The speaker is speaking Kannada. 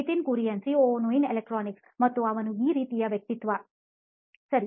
ನಿತಿನ್ ಕುರಿಯನ್ ಸಿಒಒ ನೋಯಿನ್ ಎಲೆಕ್ಟ್ರಾನಿಕ್ಸ್ ಮತ್ತು ಅವನು ಆ ರೀತಿಯ ವ್ಯಕ್ತಿತ್ವ ಸರಿ